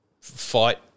fight